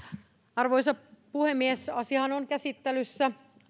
arvoisa puhemies asiahan on käsittelyssä